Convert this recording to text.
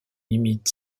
limite